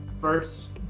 first